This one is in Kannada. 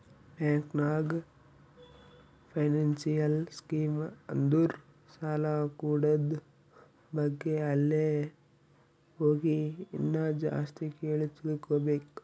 ಬ್ಯಾಂಕ್ ನಾಗ್ ಫೈನಾನ್ಸಿಯಲ್ ಸ್ಕೀಮ್ ಅಂದುರ್ ಸಾಲ ಕೂಡದ್ ಬಗ್ಗೆ ಅಲ್ಲೇ ಹೋಗಿ ಇನ್ನಾ ಜಾಸ್ತಿ ಕೇಳಿ ತಿಳ್ಕೋಬೇಕು